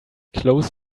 close